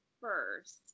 first